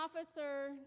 officer